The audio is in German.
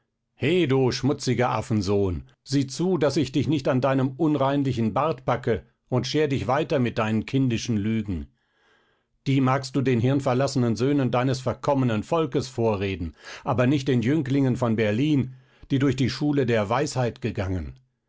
he du schmutziger affensohn sieh zu daß ich dich nicht an deinem unreinlichen bart packe und scher dich weiter mit deinen kindischen lügen die magst du den hirnverlassenen söhnen deines verkommenen volkes vorreden aber nicht den jünglingen von berlin die durch die schule der weisheit gegangen